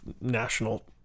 national